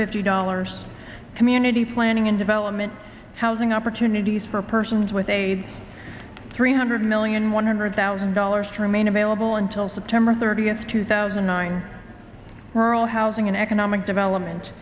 fifty dollars community planning and development housing opportunities for persons with aids three hundred million one hundred thousand dollars to remain available until september thirtieth two thousand and nine where all housing in economic development